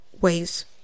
ways